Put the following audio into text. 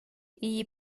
iyi